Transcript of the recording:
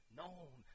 known